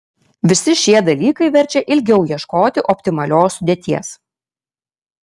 visi šie dalykai verčia ilgiau ieškoti optimalios sudėties